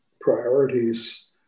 priorities